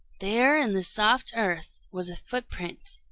there in the soft earth was a footprint,